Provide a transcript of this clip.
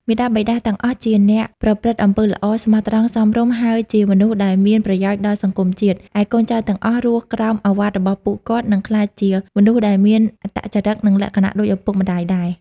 មាតាបិតា ទាំងអស់ជាអ្នកប្រព្រឹត្តអំពើល្អ ស្មោះត្រង់ សមរម្យ ហើយជាមនុស្សដែលមានប្រយោជន៍ដល់សង្គមជាតិ ឯកូនចៅទាំងអស់រស់ក្រោមឱវាទរបស់ពួកគាត់ និងក្លាយជាមនុស្សដែលមានអត្តចរឹក និងលក្ខណៈដូចឱពុកម្ដាយដែរ។